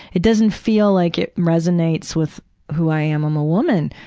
it doesn't feel like it resonates with who i am, i'm a woman.